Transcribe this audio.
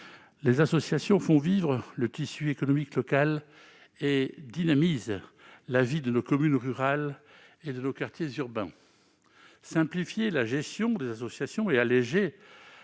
les associations font vivre le tissu économique local et dynamisent la vie de nos communes rurales et de nos quartiers urbains. Simplifier leur gestion et alléger